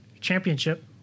championship